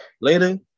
Later